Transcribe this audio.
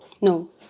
No